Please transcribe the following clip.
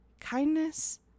kindness